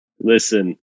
Listen